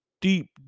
deep